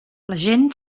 gent